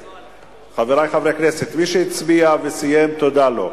חברי חברי הכנסת, מי שהצביע וסיים, תודה לו.